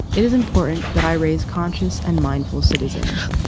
it is important that i raise conscious and mindful citizens.